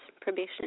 probation